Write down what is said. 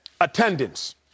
attendance